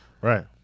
right